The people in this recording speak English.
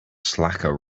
slacker